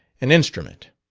an instrument.